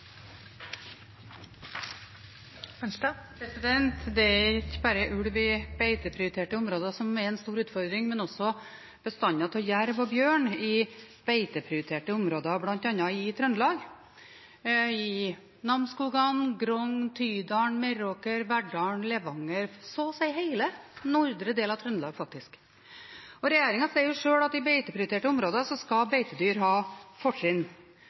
Det er ikke bare ulv i beiteprioriterte områder som er en stor utfordring, men også bestander av jerv og bjørn i beiteprioriterte områder bl.a. i Trøndelag – i Namsskogan, Grong, Tydal, Meråker, Verdal, Levanger, så å si hele nordre del av Trøndelag faktisk. Og regjeringen sier sjøl at i beiteprioriterte områder skal beitedyr ha fortrinn.